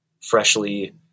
freshly